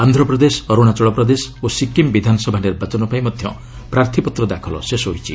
ଆନ୍ଧ୍ରପ୍ରଦେଶ ଅର୍ଚ୍ଚଣାଚଳ ପ୍ରଦେଶ ଓ ସିକ୍ରିମ୍ ବିଧାନସଭା ନିର୍ବାଚନପାଇଁ ମଧ୍ୟ ପ୍ରାର୍ଥୀପତ୍ର ଦାଖଲ ଶେଷ ହୋଇଛି